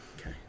Okay